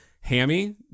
Hammy